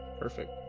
Perfect